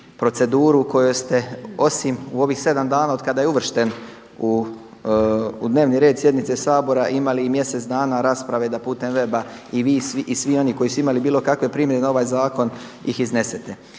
proceduru u kojoj ste osim u ovih 7 dana od kada je uvršten u dnevni red sjednice Sabora imali i mjesec dana rasprave da putem weba i vi i svi oni koji su imali bilo kakve primjedbe na ovaj zakon ih iznesete.